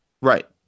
Right